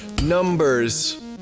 Numbers